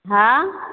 हँ